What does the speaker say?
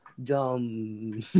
Dumb